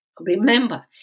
Remember